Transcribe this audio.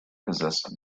possessed